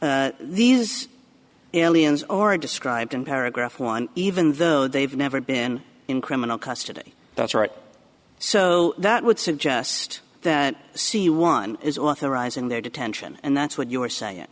one these aliens or it described in paragraph one even though they've never been in criminal custody that's right so that would suggest that c one is authorizing their detention and that's what you are saying